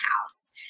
house